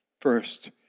First